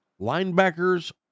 linebackers